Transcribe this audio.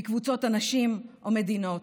בקבוצות אנשים או מדינות,